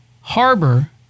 harbor